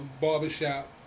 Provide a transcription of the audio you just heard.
barbershop